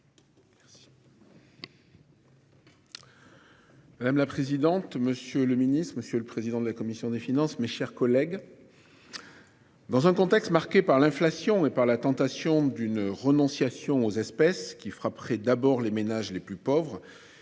Madame la présidente. Monsieur le Ministre, monsieur le président de la commission des finances, mes chers collègues. Dans un contexte marqué par l'inflation et par la tentation d'une renonciation aux espèces qui près d'abord les ménages les plus pauvres.